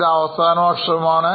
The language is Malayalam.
ഇത് അവസാന വർഷമാണ്